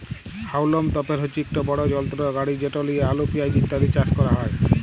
হাউলম তপের হছে ইকট বড় যলত্র গাড়ি যেট লিঁয়ে আলু পিয়াঁজ ইত্যাদি চাষ ক্যরা হ্যয়